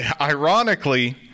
ironically